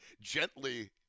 gently